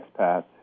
expats